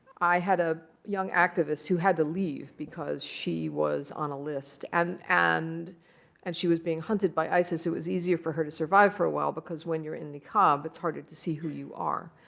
i had a young activist who had to leave, because she was on a list. and and and she was being hunted by isis. it was easier for her to survive for a while, because when you're in niqab, it's harder to see who you are.